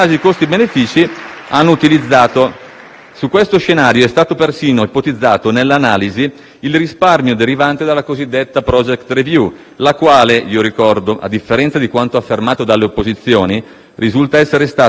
Su questo scenario è stato persino ipotizzato nell'analisi il risparmio derivante dalla cosiddetta *project review*, la quale - lo ricordo - a differenza di quanto affermato dalle opposizioni, risulta essere stata solo oggetto di un'informativa del MIT al